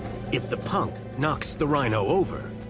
if the punk knocks the rhino over,